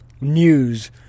News